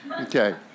Okay